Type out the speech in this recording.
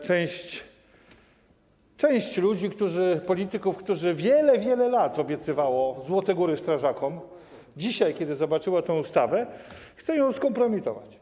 Część ludzi, polityków, którzy wiele, wiele lat obiecywało złote góry strażakom, dzisiaj, kiedy zobaczyło tę ustawę, chce ją skompromitować.